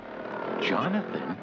Jonathan